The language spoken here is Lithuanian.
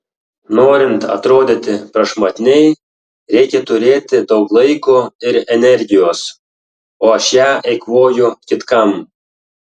norint atrodyti prašmatniai reikia turėti daug laiko ir energijos o aš ją eikvoju kitkam